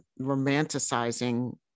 romanticizing